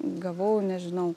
gavau nežinau